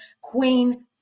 Queen